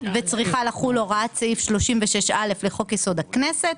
וצריכה לחול הוראת סעיף 36א לחוק יסוד הכנסת.